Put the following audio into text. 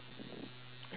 actually right